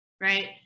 Right